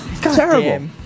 Terrible